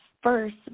first